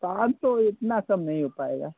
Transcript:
पाँच सौ इतना कम नहीं हो पाएगा